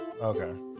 Okay